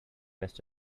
rest